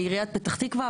לעיריית פתח-תקוה,